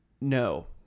No